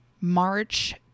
March